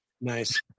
Nice